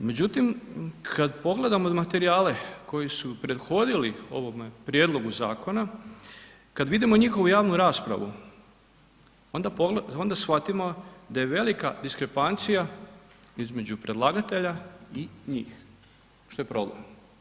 Međutim, kad pogledamo materijale koji su prethodili ovome prijedlogu zakona, kad vidimo njihovu javnu raspravu onda shvatimo da je velika diskrepancija između predlagatelja i njih, što je problem.